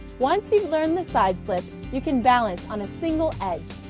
once you've learned the side slip, you can balance on a single edge.